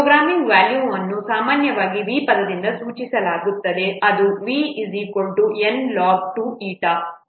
program volume ಅನ್ನು ಸಾಮಾನ್ಯವಾಗಿ V ಪದದಿಂದ ಸೂಚಿಸಲಾಗುತ್ತದೆ ಅದು VNlog2η ಸಮಾನವಾಗಿರುತ್ತದೆ